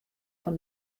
fan